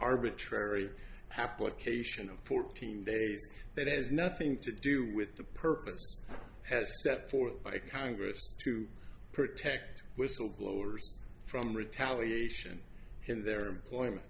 arbitrary hapless cation of fourteen days that has nothing to do with the purpose has set forth by congress to protect whistleblowers from retaliation in their employment